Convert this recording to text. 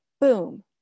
Boom